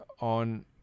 on